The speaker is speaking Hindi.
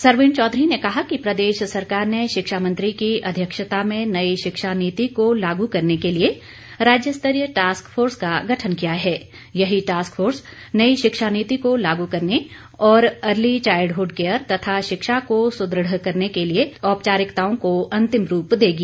सरवीन चौधरी ने कहा कि प्रदेश सरकार ने शिक्षा मंत्री की अध्यक्षता में नई शिक्षा नीति को लागू करने के लिए राज्य स्तरीय टास्क फोर्स का गठन किया है यही टास्क फोर्स नई शिक्षा नीति को लागू करने और अर्ली चाइल्डहुड केयर तथा शिक्षा को सुदृढ़ करने के लिए औपचारिकताओं को अंतिम रूप देगी